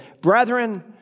brethren